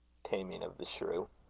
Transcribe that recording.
taming of the shrew.